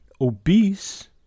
obese